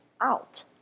out